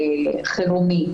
חירום,